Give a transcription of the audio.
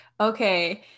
okay